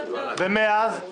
אוסאמה סעדי,